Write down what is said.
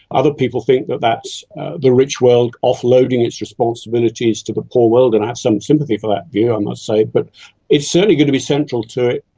other people think that that's the rich world offloading its responsibilities to the poor world, and i have some sympathy for that view, i must say. but it is certainly going to be central to it.